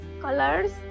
colors